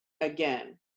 again